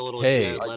hey